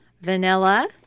Vanilla